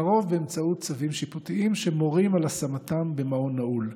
לרוב באמצעות צווים שיפוטיים המורים על השמתם במעון נעול.